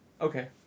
okay